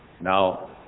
Now